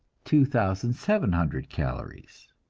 two thousand seven hundred calories.